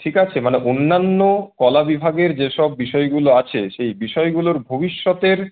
ঠিক আছে মানে অন্যান্য কলা বিভাগের যে সব বিষয়গুলো আছে সেই বিষয়গুলোর ভবিষ্যতের